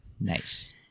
Nice